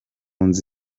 nzu